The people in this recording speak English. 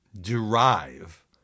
derive